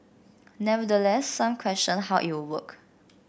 nevertheless some questioned how it would work